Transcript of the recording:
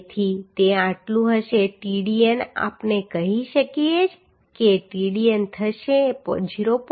તેથી તે આટલું હશે Tdn આપણે કહી શકીએ કે Tdn થશે 0